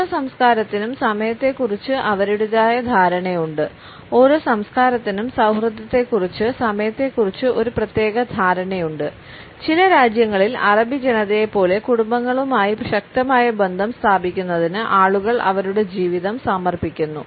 ഓരോ സംസ്കാരത്തിനും സമയത്തെക്കുറിച്ച് അവരുടേതായ ധാരണയുണ്ട് ഓരോ സംസ്കാരത്തിനും സൌഹൃദത്തെക്കുറിച്ച് സമയത്തെക്കുറിച്ച് ഒരു പ്രത്യേക ധാരണയുണ്ട് ചില രാജ്യങ്ങളിൽ അറബി ജനതയെപ്പോലെ കുടുംബങ്ങളുമായി ശക്തമായ ബന്ധം സ്ഥാപിക്കുന്നതിന് ആളുകൾ അവരുടെ ജീവിതം സമർപ്പിക്കുന്നു